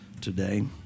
today